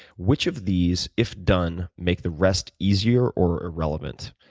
which of these if done make the rest easier or irrelevant?